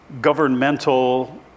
governmental